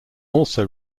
also